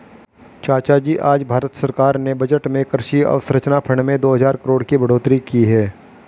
चाचाजी आज भारत सरकार ने बजट में कृषि अवसंरचना फंड में दो हजार करोड़ की बढ़ोतरी की है